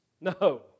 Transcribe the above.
No